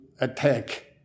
attack